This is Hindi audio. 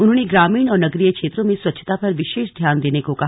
उन्होंने ग्रामीण और नगरीय क्षेत्रों में स्वच्छता पर विशेष ध्यान देने को कहा